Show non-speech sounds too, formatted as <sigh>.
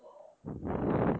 <breath>